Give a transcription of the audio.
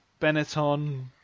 Benetton